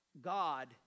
God